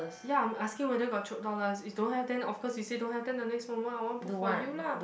ya I'm asking whether got Chope dollars if don't have then of course you say don't have then the next moment I want book for you lah